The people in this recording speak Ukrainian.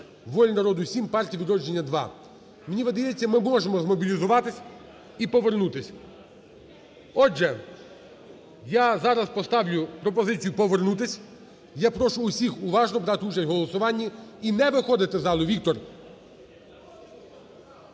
"Воля народу" – 7, "Партія "Відродження" – 2. Мені видається, ми можемо змобілізуватись і повернутись. Отже, я зараз поставлю пропозицію повернутись. Я прошу усіх уважно брати участь в голосуванні і не виходити з залу, Віктор.